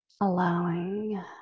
allowing